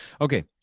Okay